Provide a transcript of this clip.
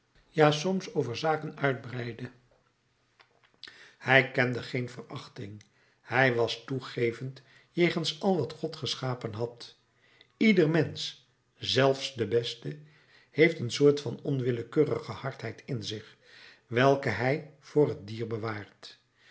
ja soms over zaken uitbreidde hij kende geen verachting hij was toegevend jegens al wat god geschapen had ieder mensch zelfs de beste heeft een soort van onwillekeurige hardheid in zich welke hij voor het dier bewaart